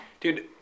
Dude